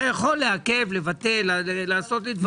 אתה יכול לעכב, לבטל, לעשות דברים.